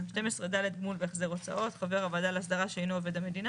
12(ד) גמול והחזר הוצאות: חבר הוועדה להסדרה שאינו עובד המדינה,